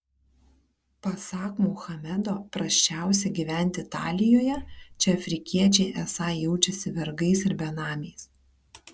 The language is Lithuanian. pasak muhamedo prasčiausia gyventi italijoje čia afrikiečiai esą jaučiasi vergais ir benamiais